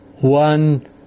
one